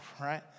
right